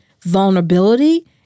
vulnerability